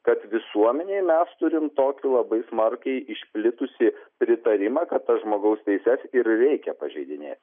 kad visuomenėj mes turim tokį labai smarkiai išplitusį pritarimą kad tas žmogaus teises ir reikia pažeidinėti